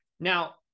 now